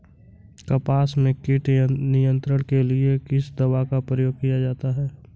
कपास में कीट नियंत्रण के लिए किस दवा का प्रयोग किया जाता है?